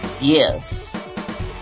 Yes